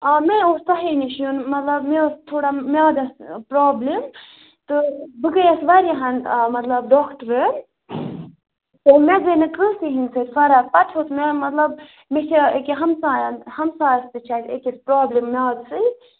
آ مےٚ اوس تۄہے نِش یُن مطلب مےٚ ٲس تھوڑا میٛادَس پرٛابلِم تہٕ بہٕ گٔیَس واریاہَن مطلب ڈاکٹرَن تہٕ مےٚ گٔے نہٕ کٲنٛسے ہِنٛدۍ سۭتۍ فرق پَتہٕ ہیوٚت مےٚ مطلب مےٚ چھِ أکیٛاہ ہَمسایَن ہَمسایَس تہِ چھِ اَسہِ أکِس پرٛابلِم میٛادٕسٕے